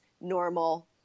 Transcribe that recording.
normal